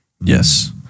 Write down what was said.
Yes